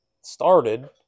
started